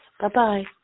Bye-bye